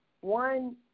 one